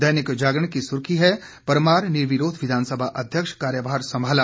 दैनिक जागरण की सुर्खी है परमार निर्विरोध विधानसभा अध्यक्ष कार्यभार संभाला